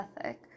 ethic